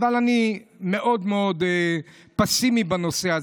כן, אבל מקומות אחרים,